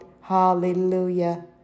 Hallelujah